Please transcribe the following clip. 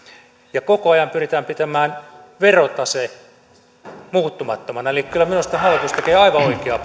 ja koko ajan pyritään pitämään verotase muuttumattomana eli kyllä minusta hallitus tekee aivan oikeaa